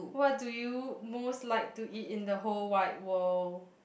what do you most like to eat in the whole wide world